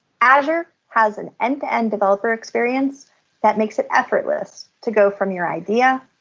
azure has an end-to-end developer experience that makes it effortless to go from your idea,